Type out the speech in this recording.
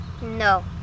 No